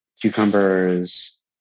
cucumbers